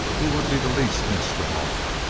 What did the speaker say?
he would be the least missed of all.